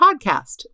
Podcast